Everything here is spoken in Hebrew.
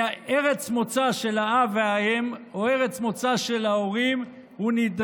שארץ מוצא של האב והאם או ארץ מוצא של ההורים נדרש,